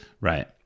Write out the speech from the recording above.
Right